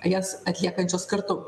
jas atliekančios kartu